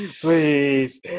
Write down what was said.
Please